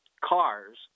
cars